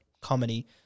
comedy